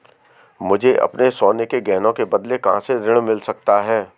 मुझे अपने सोने के गहनों के बदले कहां से ऋण मिल सकता है?